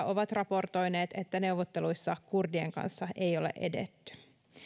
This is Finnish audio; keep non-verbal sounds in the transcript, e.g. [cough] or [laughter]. [unintelligible] ovat raportoineet että neuvotteluissa kurdien kanssa ei ole edetty